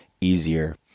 easier